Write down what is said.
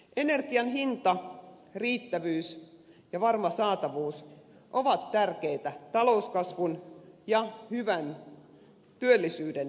energian hinta riittävyys ja varma saatavuus ovat tärkeitä talouskasvun ja hyvän työllisyyden edellytyksiä